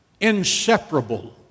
inseparable